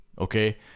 Okay